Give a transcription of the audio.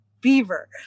beaver